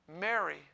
Mary